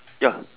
ya